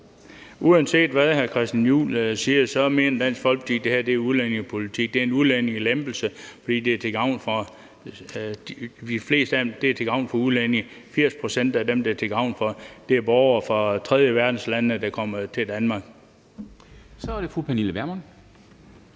Uanset hvad hr. Christian Juhl siger, mener Dansk Folkeparti, at det her er udlændingepolitik. Det er en udlændingelempelse, fordi de fleste af dem, det er til gavn for, er udlændinge. 80 pct. af dem, det er til gavn for, er borgere fra tredjeverdenslande, der kommer til Danmark. Kl. 10:15 Formanden